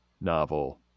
novel